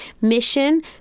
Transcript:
mission